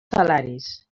salaris